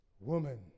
woman